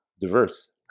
diverse